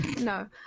No